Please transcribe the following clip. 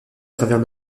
travers